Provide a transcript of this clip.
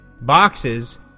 boxes